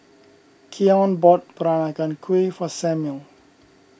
Keion bought Peranakan Kueh for Samuel